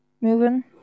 moving